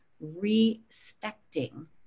respecting